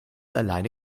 alleine